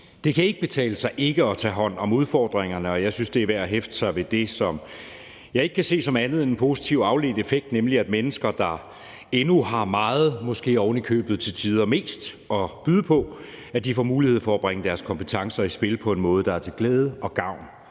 Det kan ikke betale sig ikke at tage hånd om udfordringerne, og jeg synes, det er værd at hæfte sig ved det, som jeg ikke kan se som andet end en positiv afledt effekt, nemlig at mennesker, der endnu har meget og måske ovenikøbet til tider mest at byde på, får mulighed for at bringe deres kompetencer i spil på en måde, der er til glæde og gavn